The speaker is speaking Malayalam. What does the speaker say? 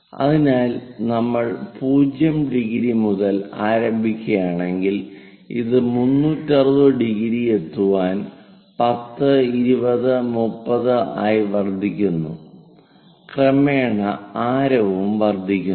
അതിനാൽ നമ്മൾ 0⁰ മുതൽ ആരംഭിക്കുകയാണെങ്കിൽ അത് 360⁰ എത്തുവാൻ 10 20 30 ആയി വർദ്ധിക്കുന്നു ക്രമേണ ആരവും വർദ്ധിക്കുന്നു